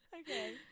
Okay